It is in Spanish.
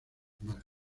formal